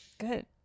good